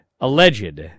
alleged